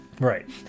Right